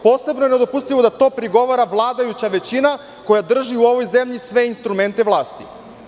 Posebno je nedopustivo da to prigovara vladajuća većina, koja u ovoj zemlji drži sve instrumente vlasti.